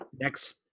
next